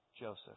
Joseph